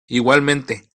igualmente